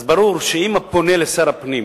לכן ברור שאם הפונה לשר הפנים